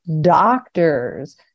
doctors